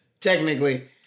Technically